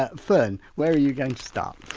ah fern, where are you going to start?